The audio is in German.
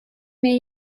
mir